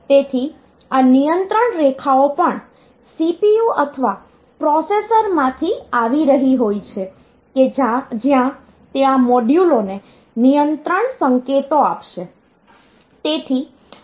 તેથી આ નિયંત્રણ રેખાઓ પણ CPU અથવા પ્રોસેસરમાંથી આવી રહી હોય છે કે જ્યાં તે આ મોડ્યુલો ને નિયંત્રણ સંકેતો આપશે